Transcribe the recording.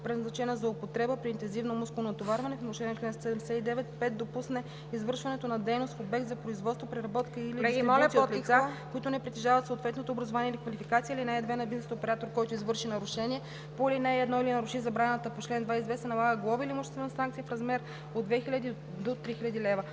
предназначена за употреба при интензивно мускулно натоварване, в нарушение на чл. 79; 5. допусне извършването на дейност в обект за производство, преработка и/или дистрибуция от лица, които не притежават съответното образование или квалификация. (2) На бизнес оператор, който извърши нарушение по ал. 1 или наруши забраната по чл. 22, се налага глоба или имуществена санкция в размер от 2000 до 3000 лв.“